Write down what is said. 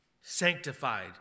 Sanctified